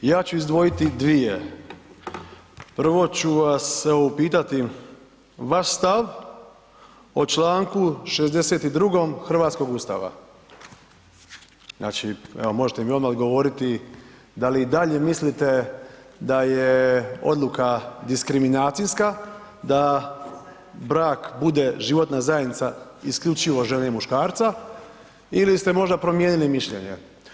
Ja ću izdvojiti dvije, prvo ću vas evo upitati vaš stav o čl. 62. hrvatskog Ustava, znači evo možete mi odmah odgovoriti da li i dalje mislite da je odluka diskriminacijska, da brak bude životna zajednica isključivo žene i muškarca ili ste možda promijenili mišljenje?